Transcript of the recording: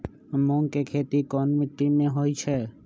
मूँग के खेती कौन मीटी मे होईछ?